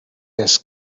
this